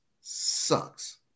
sucks